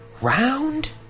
Round